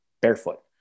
barefoot